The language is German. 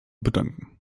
bedanken